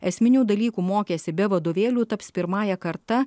esminių dalykų mokęsi be vadovėlių taps pirmąja karta